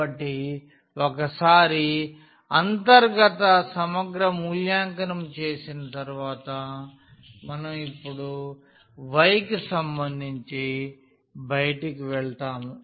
కాబట్టి ఒకసారి అంతర్గత సమగ్ర మూల్యాంకనం చేసిన తరువాత మనం ఇప్పుడు y కి సంబంధించి బయటికి వెళ్తాము